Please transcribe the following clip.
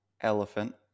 elephant